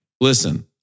Listen